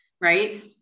right